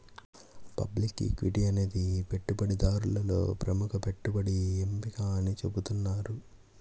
public equity అనేది పెట్టుబడిదారులలో ప్రముఖ పెట్టుబడి ఎంపిక అని చెబుతున్నారు